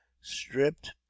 stripped